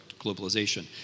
globalization